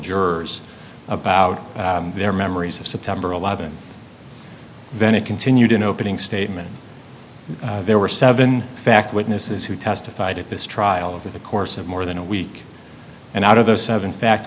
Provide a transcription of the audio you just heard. jurors about their memories of september eleventh and then it continued in opening statement there were seven fact witnesses who testified at this trial over the course of more than a week and out of those seven fact